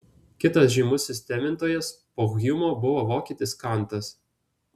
kitas žymus sistemintojas po hjumo buvo vokietis kantas